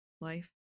life